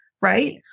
right